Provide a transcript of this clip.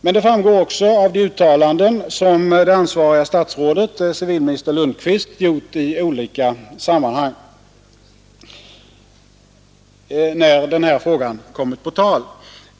Men det framgår också av de uttalanden som det ansvariga statsrådet, civilminister Lundkvist, gjort i olika sammanhang, när frågan kommit på tal.